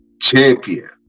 champion